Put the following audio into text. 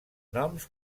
noms